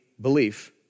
belief